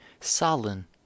sullen